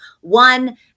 one